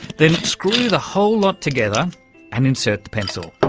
then screw the whole lot together and insert the pencil.